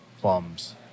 Plums